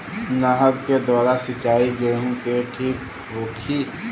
नहर के द्वारा सिंचाई गेहूँ के ठीक होखि?